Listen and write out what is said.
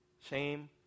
shame